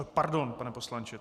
Pardon, pane poslanče.